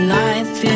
life